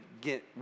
get